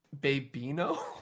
Babino